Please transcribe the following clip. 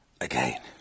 again